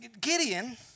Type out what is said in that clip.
Gideon